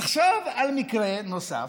תחשוב על מקרה נוסף,